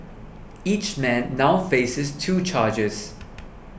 each man now faces two charges